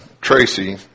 Tracy